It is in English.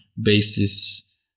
basis